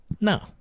No